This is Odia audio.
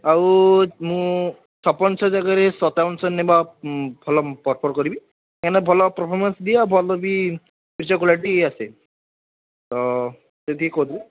ଆଉ ମୁଁ ଛପନଶହ ଜାଗାରେ ସତାବନ ଶହ ନେବା ଭଲ ପ୍ରପର କରିବି କାହିଁ ନା ଭଲ ପ୍ରଫର୍ମାନ୍ସ୍ ବି ଦିଏ ଆଉ ଭଲ ବି ପିକ୍ଚର୍ କ୍ୱାଲିଟି ବି ଆସେ ତ ସେତିକି କହିବି